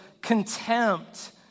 contempt